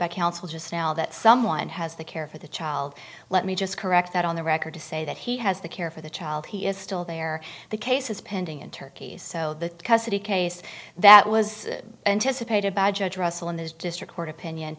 by counsel just now that someone has the care for the child let me just correct that on the record to say that he has the care for the child he is still there the case is pending in turkey so the custody case that was anticipated by judge russell in his district court opinion